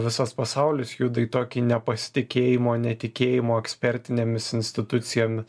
visas pasaulis juda į tokį nepasitikėjimo netikėjimo ekspertinėmis institucijom